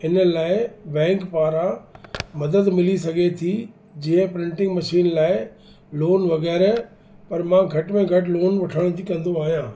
इन लाइ बैक़ पारां मदद मिली सघे थी जीअं प्रिटिंग मशीन लाइ लोन वग़ैरह पर मां घटि में घटि लोन वठण जी कंदो आहियां